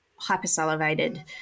hypersalivated